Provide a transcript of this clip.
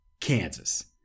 Kansas